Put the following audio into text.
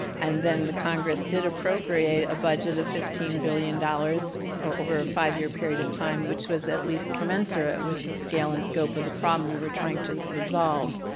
and then the congress did appropriate a budget of fifteen billion dollars over a five year period of time which was at least commensurate with the scale and scope of the problem we were trying to resolve.